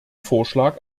vorschlag